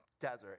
desert